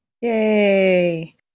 yay